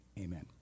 amen